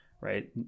right